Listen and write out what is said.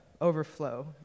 overflow